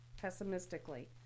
pessimistically